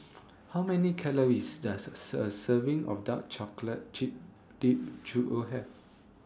How Many Calories Does A A Serving of Dark Chocolate Chip Dipped Churro Have